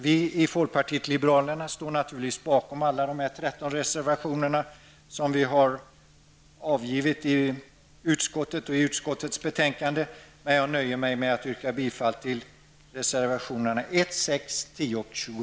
Vi i folkpartiet liberalerna står naturligtvis bakom alla de 13 reservationer som vi har avgivit till utskottets betänkande, men jag nöjer mig med att yrka bifall till reservationerna 1, 6, 10